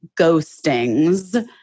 ghostings